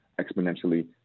exponentially